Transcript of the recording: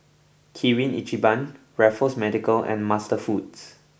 Kirin Ichiban Raffles Medical and MasterFoods